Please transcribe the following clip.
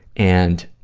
and,